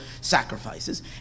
sacrifices